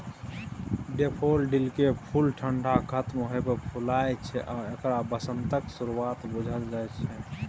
डेफोडिलकेँ फुल ठंढा खत्म होइ पर फुलाय छै आ एकरा बसंतक शुरुआत बुझल जाइ छै